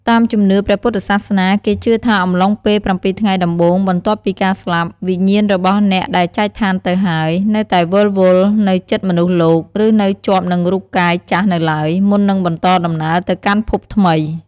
តាមជំនឿព្រះពុទ្ធសាសនា គេជឿថាអំឡុងពេល ៧ថ្ងៃដំបូង បន្ទាប់ពីការស្លាប់ វិញ្ញាណរបស់អ្នកដែលចែកឋានទៅហើយ នៅតែវិលវល់នៅជិតមនុស្សលោក ឬនៅជាប់នឹងរូបកាយចាស់នៅឡើយ មុននឹងបន្តដំណើរទៅកាន់ភពថ្មី។